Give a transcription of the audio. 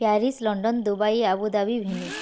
Paris London Dubai Abu Dhabi Venice